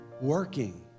working